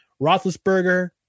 Roethlisberger